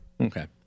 Okay